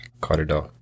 corridor